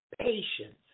patience